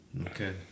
Okay